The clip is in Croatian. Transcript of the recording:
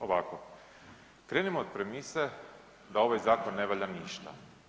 Ovako, krenimo od premise da ovaj zakon ne valja ništa.